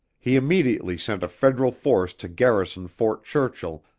he immediately sent a federal force to garrison fort churchill,